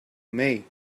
may